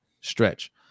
stretch